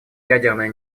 ядерное